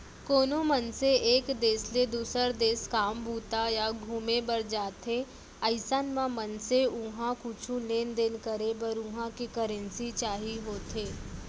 कोनो मनसे एक देस ले दुसर देस काम बूता या घुमे बर जाथे अइसन म मनसे उहाँ कुछु लेन देन करे बर उहां के करेंसी चाही होथे